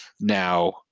now